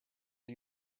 you